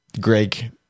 Greg